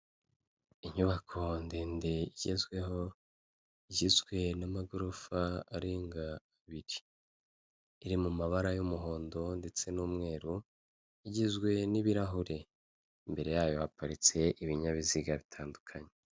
Inyubako ndende igezweho, igizwe n'amagorofa arenga abiri, iri mu mabara y'umuhondo ndetse n'umweru, igizwe n'ibirahure, imbere yayo haparitse ibinyabiziga bitandukanye.